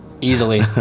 easily